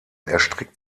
erstreckt